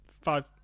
Five